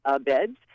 beds